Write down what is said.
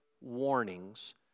warnings